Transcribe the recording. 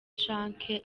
canke